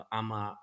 ama